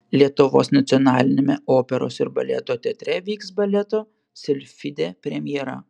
lietuvos nacionaliniame operos ir baleto teatre vyks baleto silfidė premjera